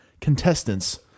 contestant's